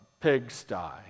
pigsty